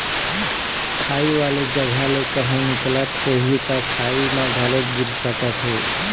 खाई वाले जघा ले कहूँ निकलत होही त खाई म घलोक गिर सकत हे